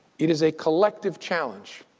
it is a collective challenge,